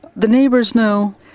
the neighbours know,